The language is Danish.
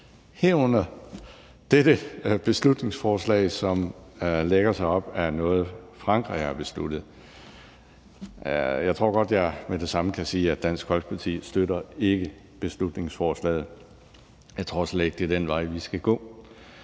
herunder dette beslutningsforslag, som lægger sig op ad noget, Frankrig har besluttet. Jeg tror godt, at jeg med det samme kan sige, at Dansk Folkeparti ikke støtter beslutningsforslaget. Jeg tror slet ikke, det er den vej, vi skal gå.